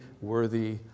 worthy